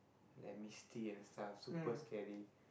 like misty and stuff super scary